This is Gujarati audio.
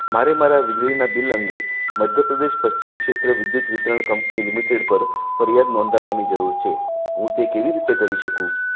મારે મારા વીજળીના બિલ અંગે મધ્યપ્રદેશ પશ્ચિમ ક્ષેત્ર વિદ્યુત વિતરણ કંપની લિમિટેડ પર ફરિયાદ નોંધાવવાની જરૂર છે હું તે કેવી રીતે કરી શકું